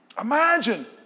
Imagine